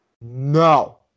No